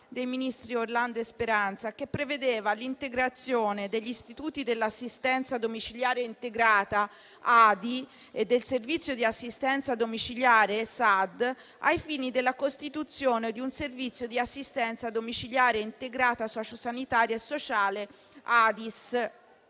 dei ministri Orlando e Speranza, che prevedeva l'integrazione degli istituti dell'assistenza domiciliare integrata (ADI) e del servizio di assistenza domiciliare (SAD) ai fini della costituzione di un servizio di assistenza domiciliare integrata sociosanitaria e sociale